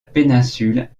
péninsule